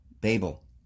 Babel